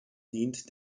dient